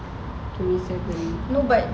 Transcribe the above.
no but